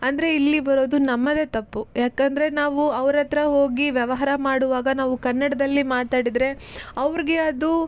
ಅಂದರೆ ಇಲ್ಲಿ ಬರೋದು ನಮ್ಮದೇ ತಪ್ಪು ಯಾಕಂದರೆ ನಾವು ಅವ್ರ ಹತ್ರ ಹೋಗಿ ವ್ಯವಹಾರ ಮಾಡುವಾಗ ನಾವು ಕನ್ನಡದಲ್ಲಿ ಮಾತಾಡಿದರೆ ಅವರಿಗೆ ಅದು